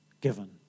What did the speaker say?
given